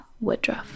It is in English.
Woodruff